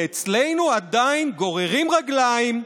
ואצלנו עדיין גוררים רגליים,